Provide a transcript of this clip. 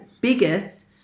biggest